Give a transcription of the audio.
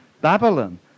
Babylon